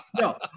No